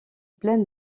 pleine